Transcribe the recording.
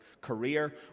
career